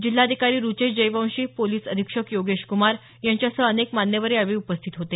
जिल्हाधिकारी रूचेश जयवंशी पोलीस अधीक्षक योगेश कुमार यांच्यासह अनेक मान्यवर यावेळी उपस्थित होते